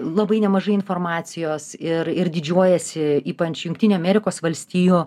labai nemažai informacijos ir ir didžiuojasi ypač jungtinių amerikos valstijų